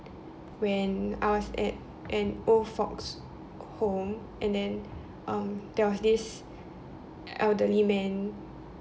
when I was at an old folks home and then um there was this elderly man